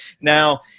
now